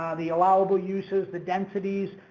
ah the allowable uses, the densities,